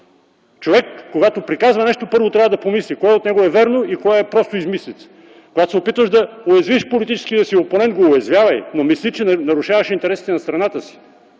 Човек, когато приказва нещо, първо трябва да помисли кое от него е вярно и кое е просто измислица! Когато се опитваш да уязвиш политическия си опонент, го уязвявай, но мисли, че нарушаваш интересите на страната си!